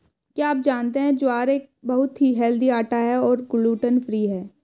क्या आप जानते है ज्वार एक बहुत ही हेल्दी आटा है और ग्लूटन फ्री है?